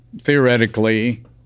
Theoretically